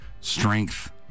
strength